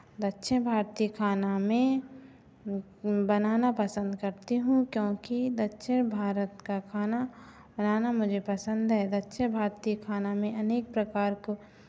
दक्षिण भारतीय खाना मैं बनाना पसन्द करती हूँ क्योंकि दक्षिण भारत का खाना बनाना मुझे पसन्द है दक्षिण भारतीय खाना में अनेक प्रकार के